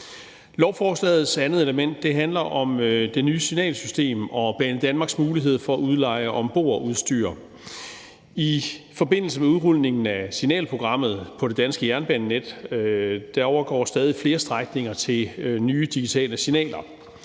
Lovforslagets andet element handler om det nye signalsystem og Banedanmarks mulighed for udleje af ombordudstyr. I forbindelse med udrulningen af signalprogrammet på det danske jernbanenet overgår stadig flere strækninger til nye digitale signaler,